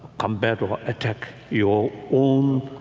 combative attack your own